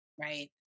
Right